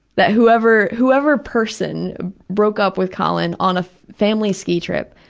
that whoever whoever person broke up with colin on a family ski trip,